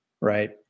right